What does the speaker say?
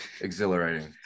exhilarating